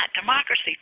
democracy